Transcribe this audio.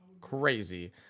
Crazy